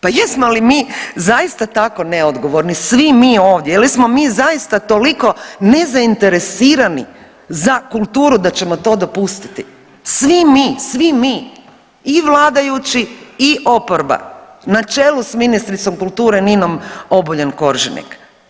Pa jesmo li mi zaista tako neodgovorni svi mi ovdje ili smo mi zaista toliko nezainteresirani za kulturu da ćemo to dopustiti, svi mi, svi mi i vladajući i oporba na čelu s ministricom kulture Ninom Obuljen Koržinek?